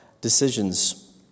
decisions